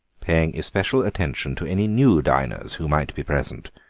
paying especial attention to any new diners who might be present.